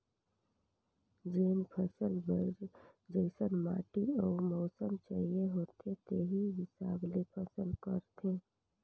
जेन फसल बर जइसन माटी अउ मउसम चाहिए होथे तेही हिसाब ले फसल करथे